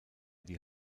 die